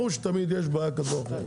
ברור שתמיד יש בעיה כזו או אחרת.